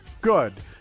good